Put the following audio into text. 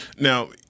Now